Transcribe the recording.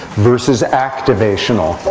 versus activational.